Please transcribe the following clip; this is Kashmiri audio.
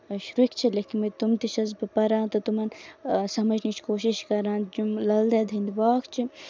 شُرٕکۍ چھِ لٮ۪کھۍ مٕتۍ تِم تہِ چھَس بہٕ پران تہٕ تِمن سَمجنٕچ کوٗشش کران یِم لل دید ہِندۍ باتھ چھِ